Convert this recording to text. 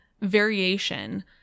variation